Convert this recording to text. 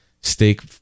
steak